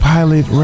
Pilot